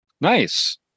Nice